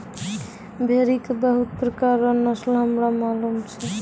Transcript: भेड़ी के बहुते प्रकार रो नस्ल हमरा मालूम छै